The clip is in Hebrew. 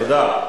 תודה.